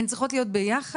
הן צריכות להיות ביחד?